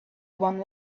one